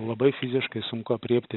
labai fiziškai sunku aprėpti